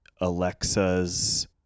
Alexa's